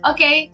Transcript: Okay